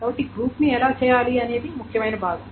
కాబట్టి గ్రూప్ ని ఎలా చేయాలనేది ముఖ్యమైన భాగం